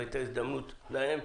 זו הייתה הזדמנות להם.